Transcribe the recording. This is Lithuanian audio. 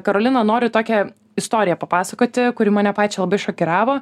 karolina noriu tokią istoriją papasakoti kuri mane pačią labai šokiravo